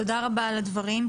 תודה רבה על הדברים.